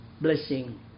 Blessing